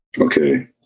Okay